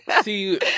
See